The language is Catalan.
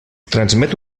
transmet